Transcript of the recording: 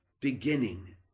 beginning